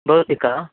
भवती का